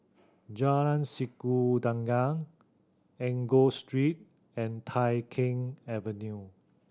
Jalan Sikudangan Enggor Street and Tai Keng Avenue